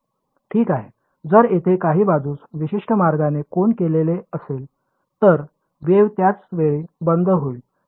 ठीक आहे जर तेथे काही बाजूस विशिष्ट मार्गाने कोन केलेले असेल तर वेव्ह त्याच वेळी बंद होईल